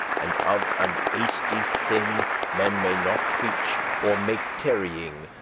and of an hasty thing men may not preach or make tarrying.